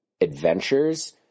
adventures